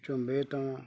ਝੁੰਬੇ ਤੋਂ